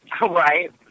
right